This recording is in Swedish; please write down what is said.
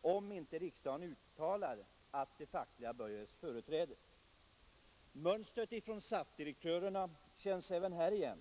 om inte riksdagen uttalar sig för detta. Mönstret från SAF-direktörerna känns igen.